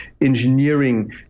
engineering